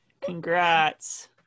congrats